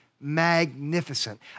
magnificent